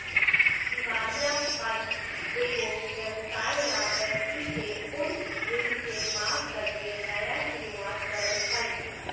दिवालियापन एगो व्यवसाय या व्यक्ति के उन ऋण के माफ करके नया शुरुआत करो हइ